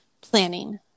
Planning